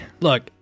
Look